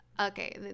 Okay